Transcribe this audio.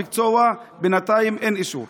למקצוע בינתיים אין אישור.